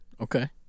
Okay